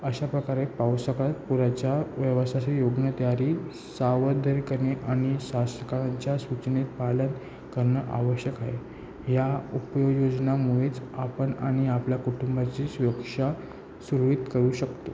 अशा प्रकारे पाऊसकाळ पुराच्या व्यवसाचे योगनं तयारी सावधगिरी करणे आणि शासकळांच्या सूचनेत पालन करणं आवश्यक आहे ह्या उपाययोजनामुळेच आपण आणि आपल्या कुटुंबाची सुरक्षा सुरळित करू शकतो